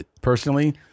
Personally